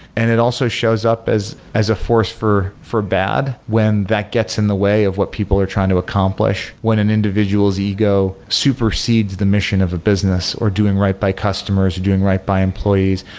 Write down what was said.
and it also shows up as as a force for for bad when that gets in the way of what people are trying to accomplish, when an individual's ego supersedes the mission of a business or doing right by customers, doing right by employees.